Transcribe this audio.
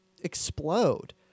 explode